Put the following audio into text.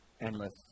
endless